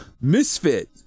Misfit